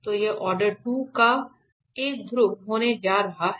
तो यह ऑर्डर 2 का एक ध्रुव होने जा रहा है